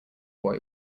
boy